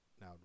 Now